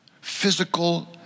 physical